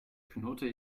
knurrte